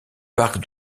parc